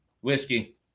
Whiskey